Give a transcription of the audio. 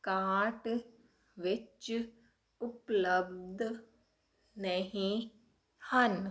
cart ਵਿੱਚ ਉਪਲੱਬਧ ਨਹੀਂ ਹਨ